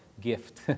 gift